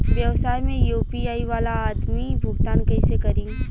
व्यवसाय में यू.पी.आई वाला आदमी भुगतान कइसे करीं?